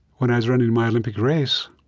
when i was running my olympic race.